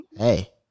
Hey